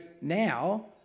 now